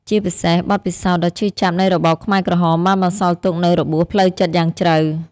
ជាពិសេស បទពិសោធន៍ដ៏ឈឺចាប់នៃរបបខ្មែរក្រហម បានបន្សល់ទុកនូវរបួសផ្លូវចិត្តយ៉ាងជ្រៅ។